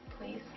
Please